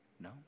No